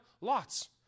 Lots